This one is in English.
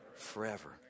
forever